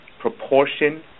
proportion